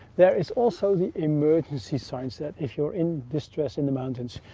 there is also the emergency signs that if you're in distress in the mountains,